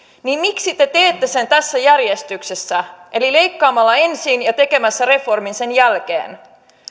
niin miksi te teette sen tässä järjestyksessä eli leikkaamalla ensin ja tekemällä reformin sen jälkeen